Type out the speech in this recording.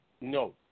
No